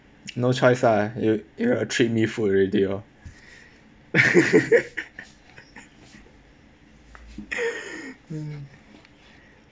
no choice ah you you gotta treat me food already lor